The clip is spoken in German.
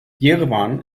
jerewan